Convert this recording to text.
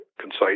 concise